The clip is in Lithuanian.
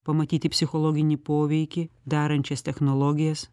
pamatyti psichologinį poveikį darančias technologijas